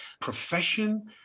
profession